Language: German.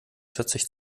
vierzig